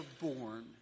born